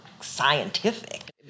scientific